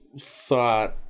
thought